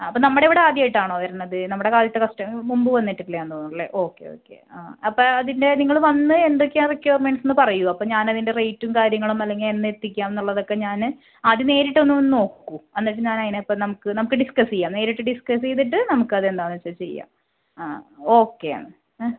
ആ അപ്പം നമ്മടിവിടെ ആദ്യമായിട്ടാണോ വരണത് നമ്മുടെ കാൾട്ട് കസ്ററ് മുമ്പ് വന്നിട്ടില്ല്യാന്ന് തോന്ന്ണൂല്ലെ ഓക്കെ ഓക്കെ ആ അപ്പം അതിൻ്റെ നിങ്ങൾ വന്ന് എന്തൊക്കെയാ റിക്ക്വൊയർമെൻട്സ്സൊന്ന് പറയൂ അപ്പം ഞാനതിൻ്റെ റേറ്റും കാര്യങ്ങളും അല്ലെങ്കിൽ എന്നെത്തിയ്ക്കാം എന്നുള്ളതൊക്കെ ഞാൻ ആദ്യം നേരിട്ട് ഒന്ന് വന്ന് നോക്കു എന്നിട്ട് ഞാനതിനെ പ നമുക്ക് നമുക്ക് ഡിസ്ക്കസ്സ് ചെയ്യാം നേരിട്ട് ഡിസ്ക്കസ്സ് ചെയ്തിട്ട് നമുക്കതെന്താന്ന് വെച്ചാ ചെയ്യാം ആ ഓക്കെയാണ് എ